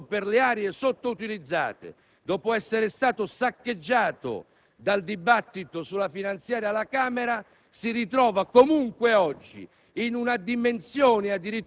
In questa manovra c'è un altro grande assente, che pure è stato un elemento fondamentale della campagna elettorale del centro-sinistra: la centralità dello sviluppo del Mezzogiorno,